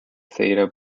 theta